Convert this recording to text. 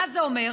מה זה אומר?